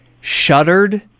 shuddered